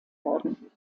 worden